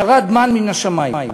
ירד מן מִן השמים,